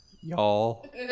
Y'all